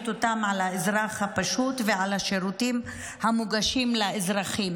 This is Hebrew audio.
על האזרח הפשוט ועל השירותים המוגשים לאזרחים,